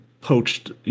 poached